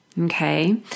okay